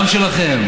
גם שלכם,